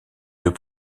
deux